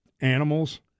animals